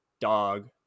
dog